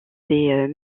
des